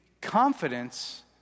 confidence